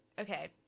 Okay